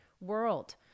world